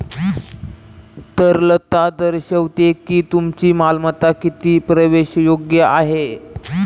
तरलता दर्शवते की तुमची मालमत्ता किती प्रवेशयोग्य आहे